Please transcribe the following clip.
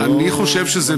אני חושב שזה נוהל.